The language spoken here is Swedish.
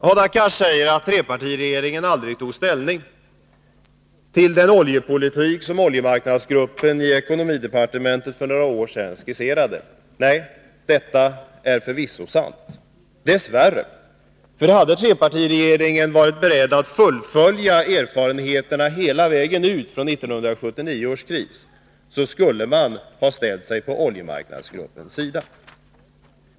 Hadar Cars säger att trepartiregeringen aldrig tog ställning till den oljepolitik som oljemarknadsgruppen i ekonomidepartementet för några år sedan skisserade. Nej, detta är förvisso sant — dess värre, för hade trepartiregeringen varit beredd att helt fullfölja erfarenheterna från 1979 års kris, skulle man ha ställt sig på oljemarknadsgruppens sida.